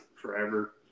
forever